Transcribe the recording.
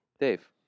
Dave